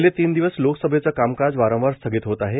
गेले तीन दिवस लोकसभेचं कामकाज वारंवार स्थगित होत आहे